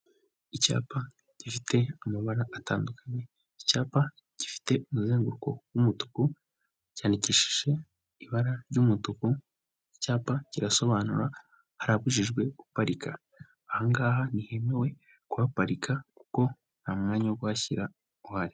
Icyapa gifite amabara atandukanye, icyapa gifite umuzenguruko w'umutuku cyandikishije ibara ry'umutuku, icyapa kirasobanura harabujijwe guparika aha ngaha, ntihemewe kuhaparika kuko nta mwanya wo kuhashyira uhari.